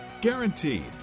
Guaranteed